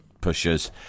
pushers